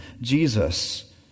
Jesus